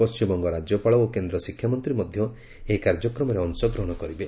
ପଶ୍ଚିମବଙ୍ଗ ରାଜ୍ୟପାଳ ଓ କେନ୍ଦ୍ର ଶିକ୍ଷାମନ୍ତ୍ରୀ ମଧ୍ୟ ଏହି କାର୍ଯ୍ୟକ୍ରମରେ ଅଂଶଗ୍ରହଣ କରିବେ